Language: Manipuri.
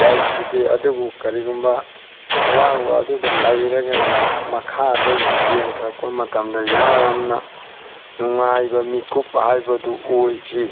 ꯂꯩꯈꯤꯗꯦ ꯑꯗꯨꯕꯨ ꯀꯔꯤꯒꯨꯝꯕ ꯑꯋꯥꯡꯕ ꯑꯗꯨꯗ ꯂꯩꯔꯒ ꯃꯈꯥꯗ ꯌꯦꯡꯊꯔꯛꯄ ꯃꯇꯝꯗ ꯌꯥꯝꯅ ꯅꯨꯡꯉꯥꯏꯕ ꯃꯤꯀꯨꯞ ꯍꯥꯏꯕꯗꯨ ꯑꯣꯏꯈꯤ